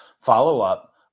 follow-up